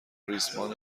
ریسمان